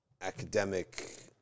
academic